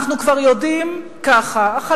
אנחנו כבר יודעים ככה: החליפה,